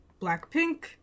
blackpink